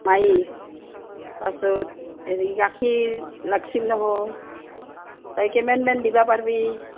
মাৰি তাৰপাছত হে গাখীৰ লাগছিল নহয় তই কেমেনমান দিবা পাৰবি